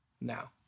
now